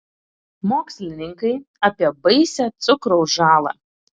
mokslininkai apie baisią cukraus žalą